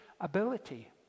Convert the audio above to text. ability